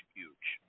huge